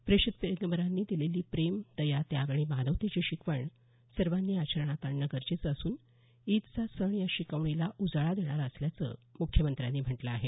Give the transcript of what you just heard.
प्रेषित पैगंबरांनी दिलेली प्रेम दया त्याग आणि मानवतेची शिकवण सर्वांनी आचरणात आणणं गरजेचं असून ईदचा सण या शिकवणीला उजाळा देणारा असल्याचं मुख्यमंत्र्यांनी म्हटलं आहे